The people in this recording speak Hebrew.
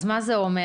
אז מה זה אומר?